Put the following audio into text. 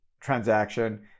transaction